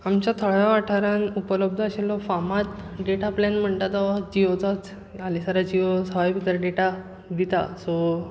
आमच्या थळाव्या वाठारांत उपलब्द आशिल्लो फामाद डेटा प्लॅन म्हणटा तो जियोचोच हालिसराक जियो सवाय भीतर डेटा दिता सो